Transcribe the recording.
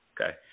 okay